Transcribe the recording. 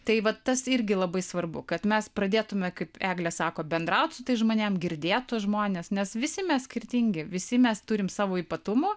tai vat tas irgi labai svarbu kad mes pradėtume kaip eglė sako bendraut su tais žmonėm girdėt tuos žmones nes visi mes skirtingi visi mes turim savo ypatumų